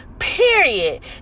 Period